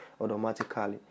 automatically